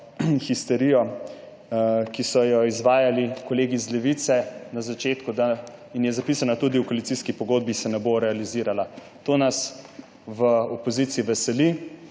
histerija, ki so jo izvajali kolegi iz Levice na začetku in je zapisana tudi v koalicijski pogodbi, ne bo realizirala. To nas v opoziciji veseli.